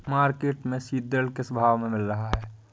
Market में सीद्रिल किस भाव में मिल रहा है?